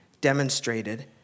demonstrated